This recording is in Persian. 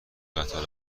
قطار